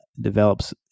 develops